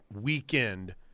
weekend